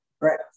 Right